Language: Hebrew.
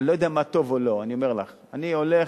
אני לא יודע מה טוב או לא, אני אומר לך, אני הולך